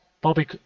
Bobby